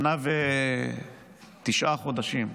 שנה ותשעה חודשים.